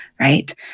Right